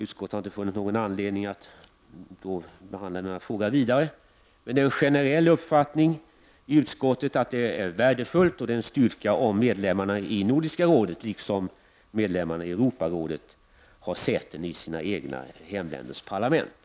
Utskottet har därför inte funnit någon anledning att vidare behandla denna fråga. Det är dock en generell uppfattning i utskottet att det är värdefullt och att det är en styrka om medlemmarna i Nordiska rådet, liksom medlemmarna i Europarådet, har säten i sina egna hemländers parlament.